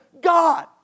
God